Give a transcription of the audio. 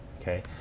Okay